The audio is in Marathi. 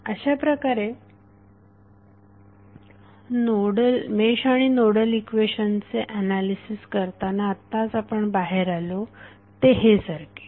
अशाप्रकारे मेश आणि नोडल इक्वेशन्सचे एनालिसिस करताना आत्ताच आपण बाहेर आलो ते हे सर्किट